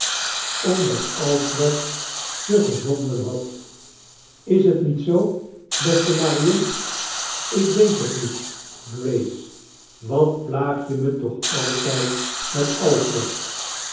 omdat alfred dickens kerstvertellinpen ze gezonden had is t niet zoo beste marion ik weet het niet grace watplaag je me toch altijd met alfred